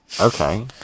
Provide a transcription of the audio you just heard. Okay